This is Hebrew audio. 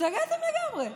השתגעתם לגמרי.